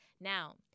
now